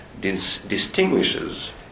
distinguishes